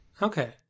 Okay